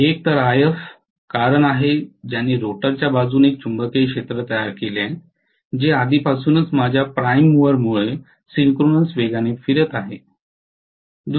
एक तर If कारण आहे ज्याने रोटर बाजूने चुंबकीय क्षेत्र तयार केले जे आधीपासूनच माझ्या प्राइम मूवरमुळे सिंक्रोनस वेगाने फिरत होते